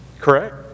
Correct